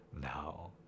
Now